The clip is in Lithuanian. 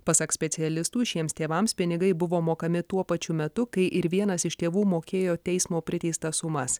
pasak specialistų šiems tėvams pinigai buvo mokami tuo pačiu metu kai ir vienas iš tėvų mokėjo teismo priteistas sumas